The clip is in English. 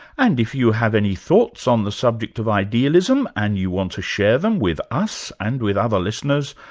and if you have any thoughts on the subjects of idealism and you want to share them with us and with other listeners,